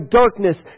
darkness